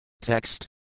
Text